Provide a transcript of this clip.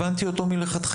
הבנתי אותו מלכתחילה.